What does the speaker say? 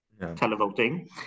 televoting